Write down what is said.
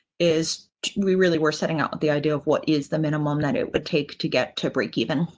is we really were setting out. the idea of what is the minimum that it would take to get to break even.